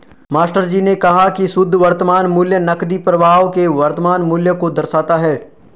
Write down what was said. मास्टरजी ने कहा की शुद्ध वर्तमान मूल्य नकदी प्रवाह के वर्तमान मूल्य को दर्शाता है